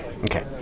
Okay